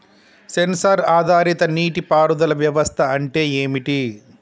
Censor ఆధారిత నీటి పారుదల వ్యవస్థ అంటే ఏమిటి?